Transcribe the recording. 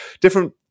different